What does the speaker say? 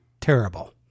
terrible